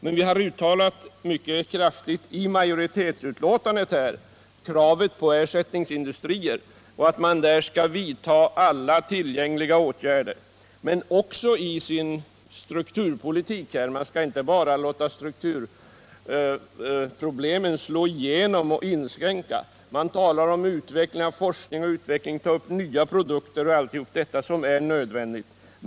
Men vi har i majoritetsbetänkandet mycket kraftigt uttalat kravet på ersättningsindustrier och betonat att man där måste vidta alla tänkbara åtgärder. Det skall också gälla strukturpolitiken. Vi skall inte bara låta strukturproblemen slå igenom och inskränka. Det talas om utveckling och forskning, om nya produkter och allt detta som är nödvändigt.